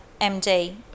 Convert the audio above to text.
MD